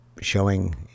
showing